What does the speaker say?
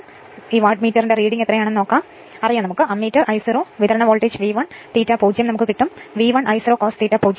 അതിനാൽ ഈ വാട്ട്മീറ്റർ വായന അറിയാം അമ്മീറ്റർ നിലവിലെ I0 അറിയാം വിതരണ വോൾട്ടേജ് V1 ഉം അറിയപ്പെടുന്നു അതിനാൽ ∅ 0 ലഭിക്കും